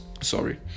sorry